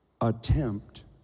attempt